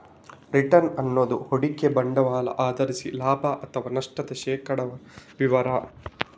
return ಅನ್ನುದು ಹೂಡಿಕೆ ಬಂಡವಾಳ ಆಧರಿಸಿ ಲಾಭ ಅಥವಾ ನಷ್ಟದ ಶೇಕಡಾವಾರು ವಿವರ